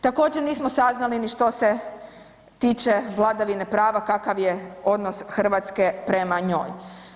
Također, nismo saznali ni što se tiče vladavine prava, kakav je odnos Hrvatske prema njoj.